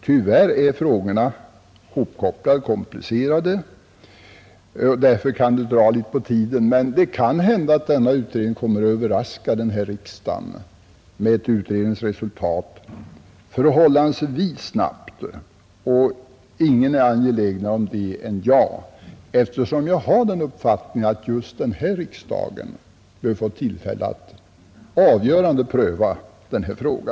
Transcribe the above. Tyvärr är emellertid frågorna hopkopplade och komplicerade, och därför kan det dra ut litet på tiden. Men det kan också hända att utredningen kommer att överraska denna riksdag med ett utredningsresultat förhållandevis snabbt. Och ingen är mera angelägen om det än jag, eftersom jag har den uppfattningen att just denna riksdag bör få tillfälle att avgörande pröva denna fråga.